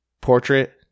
portrait